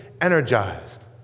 energized